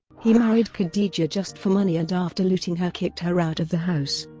he married khadija just for money and after looting her kicked her out of the house.